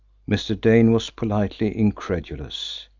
mr. dane was politely incredulous.